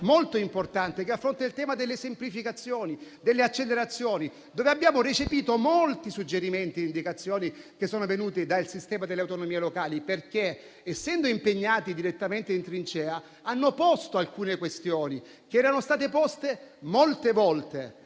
molto importante che affronta il tema delle semplificazioni e delle accelerazioni, in cui abbiamo recepito molti suggerimenti e indicazioni che sono venuti dal sistema delle autonomie locali, perché essendo impegnati direttamente in trincea hanno posto alcune questioni, che erano state poste molte volte